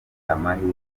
amahirwe